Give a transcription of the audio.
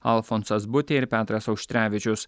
alfonsas butė ir petras auštrevičius